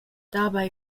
dabei